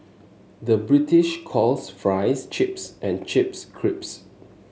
the British calls fries chips and chips crisps